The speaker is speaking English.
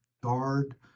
guard